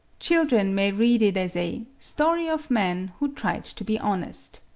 children may read it as a story of man who tried to be honest.